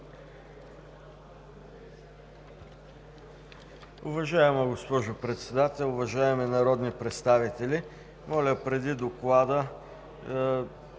Уважаема госпожо Председател, уважаеми народни представители! Моля, преди Доклада